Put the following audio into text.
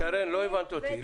לא הבנת אותי.